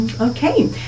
Okay